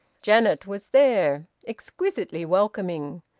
janet was there, exquisitely welcoming,